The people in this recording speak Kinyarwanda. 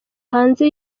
hanze